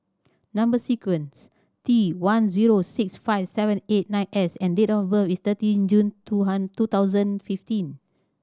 number sequences T one zero six five seven eight nine S and date of birth is thirty June two hundred two thousand fifteen